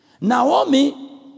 Naomi